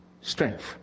strength